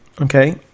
Okay